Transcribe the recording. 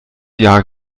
jahr